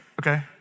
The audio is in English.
okay